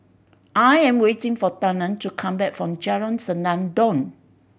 I am waiting for Talen to come back from Jalan Senandong